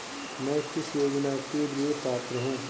मैं किस योजना के लिए पात्र हूँ?